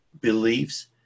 beliefs